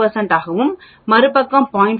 5 ஆகவும் ஒரு பக்கத்திற்கு 0